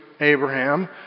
Abraham